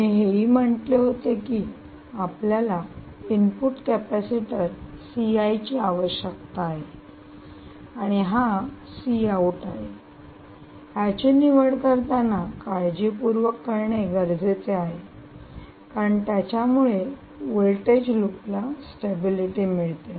मी हे ही म्हटले होते की आपल्याला इनपुट कॅपॅसिटर ची आवश्यकता आहे आणि हा आहे याची निवड करताना काळजीपूर्वक करणे गरजेचे आहे कारण त्याच्यामुळे वोल्टेज लूप ला स्टॅबिलिटी मिळते